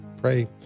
pray